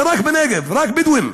זה רק בנגב, רק בדואים.